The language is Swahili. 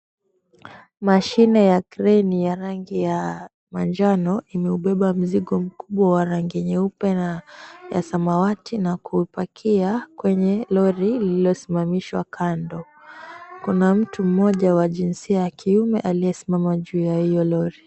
Mashine ya kreni ya rangi ya manjano, imeubeba mzigo mkubwa wa rangi nyeupe na ya samawati, na kuipakia kwenye lori lililosimamishwa kando. Kuna mtu mmoja wa jinsia ya kiume aliyesimama juu ya hio lori.